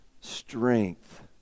strength